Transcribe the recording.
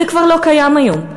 זה כבר לא קיים היום.